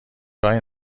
کاری